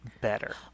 better